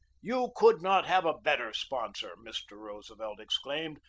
you could not have a better sponsor, mr. roosevelt exclaimed.